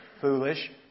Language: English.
foolish